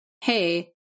hey